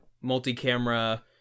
multi-camera